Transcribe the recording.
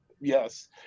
Yes